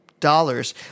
dollars